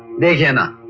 may yeah not